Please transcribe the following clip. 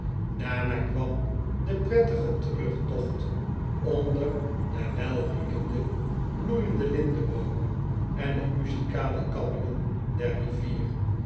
daarna kwam de prettige terugtocht onder de welriekende bloeiende lindeboomen en het muzikale kabbelen der rivier